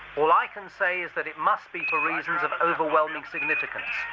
all i can say is that it must be for reasons of overwhelming significance,